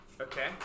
Okay